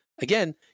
again